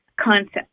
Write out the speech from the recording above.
concept